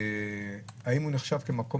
האם הוא נחשב כמקום